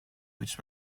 which